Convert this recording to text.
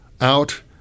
out